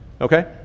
Okay